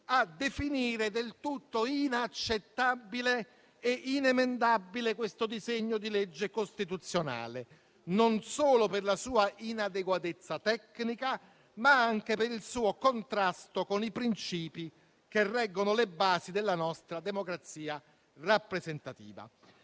a definire del tutto inaccettabile e inemendabile questo disegno di legge costituzionale: non solo per la sua inadeguatezza tecnica, ma anche per il suo contrasto con i principi che reggono le basi della nostra democrazia rappresentativa.